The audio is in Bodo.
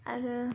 आरो